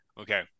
Okay